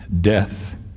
Death